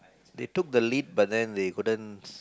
they took the lead but then they couldn't